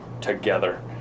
together